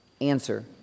answer